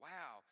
Wow